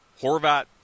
Horvat